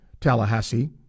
Tallahassee